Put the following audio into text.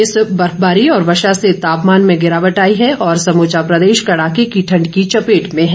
इस बर्फबारी और वर्षा से तापमान में गिरावट आई है और समूचा प्रदेश कड़ाके की ठंड की चपेट में हैं